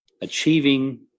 Achieving